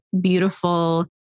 beautiful